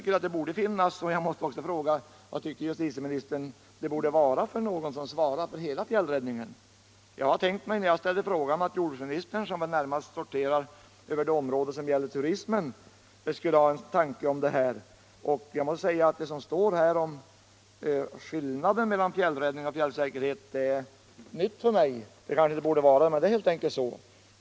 En huvudman borde finnas. Och jag måste också fråga justitieministern: Vem borde svara för hela fjällräddningen? När jag ställde frågan tänkte jag mig att det närmast var jordbruksministern som hade hand om frågor som gällde turismen och att han skulle ha någon tanke om detta. Det som står i svaret om skillnaden mellan fjällräddning och fjällsäkerhet är nytt för mig, även om det kanske inte borde vara det.